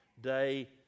day